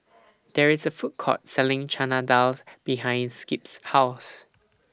There IS A Food Court Selling Chana Dal behind Skip's House